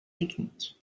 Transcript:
techniques